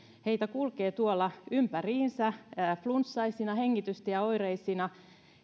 heitä kulkee tuolla ympäriinsä flunssaisina hengitystieoireisina